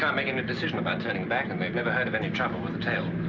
can't make any decision about turning back. and they've never heard of any trouble with the tail.